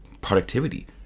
productivity